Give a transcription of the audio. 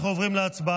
אנחנו עוברים להצבעה.